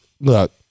Look